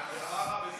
ומה רע בזה?